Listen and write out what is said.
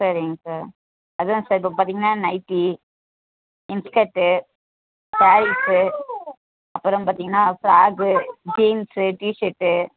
சரிங்க சார் அதுதான் சார் இப்போ பார்த்திங்கன்னா நைட்டி இன்ஸ்கர்ட்டு சாரீஸு அப்புறம் பார்த்திங்கன்னா ஃப்ராக்கு ஜீன்ஸு டிஷர்ட்டு